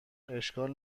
اشکال